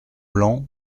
blanc